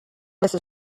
mrs